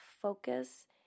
focus